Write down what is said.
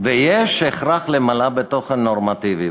ויש הכרח למלאה בתוכן נורמטיבי.